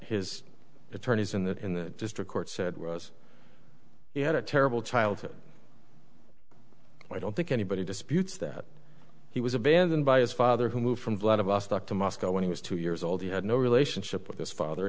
his attorneys in the district court said was he had a terrible childhood i don't think anybody disputes that he was abandoned by his father who moved from vladivostok to moscow when he was two years old he had no relationship with his father